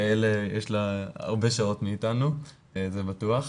יש לה הרבה שעות מאתנו, זה בטוח.